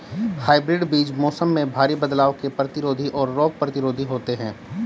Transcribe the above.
hybrid बीज मौसम में भारी बदलाव के प्रतिरोधी और रोग प्रतिरोधी होते हैं